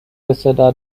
بصدا